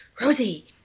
Rosie